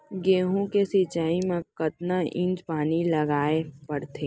गेहूँ के सिंचाई मा कतना इंच पानी लगाए पड़थे?